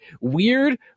weird